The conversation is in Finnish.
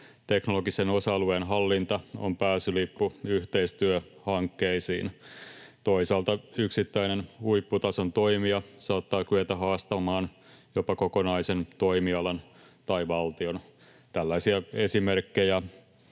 teknologisen osa-alueen hallinta on pääsylippu yhteistyöhankkeisiin. Toisaalta yksittäinen huipputason toimija saattaa kyetä haastamaan jopa kokonaisen toimialan tai valtion. Tällaisia esimerkkejä